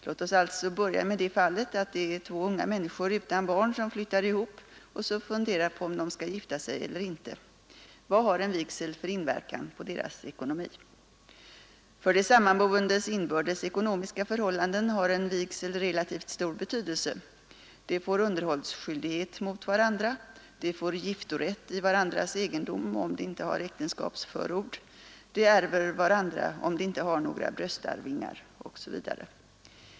Låt oss alltså börja med det fallet att det är två unga människor utan barn som flyttar ihop och som funderar på om de skall gifta sig eller inte. Vad har en vigsel för inverkan på deras ekonomi? För de sammanboendes inbördes ekonomiska förhållanden har en vigsel relativt stor betydelse. De får underhållsskyldighet mot varandra, de får giftorätt i varandras egendom om de inte har äktenskapsförord, de ärver varandra om de inte har några bröstarvingar osv.